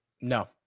no